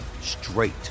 straight